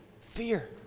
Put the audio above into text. fear